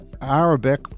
Arabic